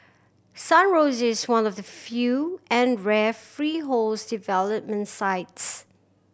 Sun Rosier is one of the few and rare freehold development sites